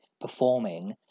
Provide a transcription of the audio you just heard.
performing